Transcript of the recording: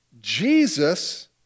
Jesus